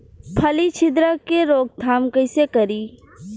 फली छिद्रक के रोकथाम कईसे करी?